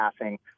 passing